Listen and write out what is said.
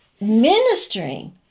ministering